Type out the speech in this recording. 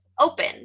open